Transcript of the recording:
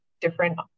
different